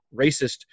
racist